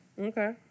Okay